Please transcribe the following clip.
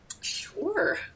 Sure